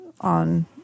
on